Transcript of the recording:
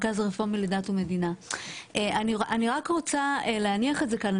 רק רוצה להניח את זה כאן.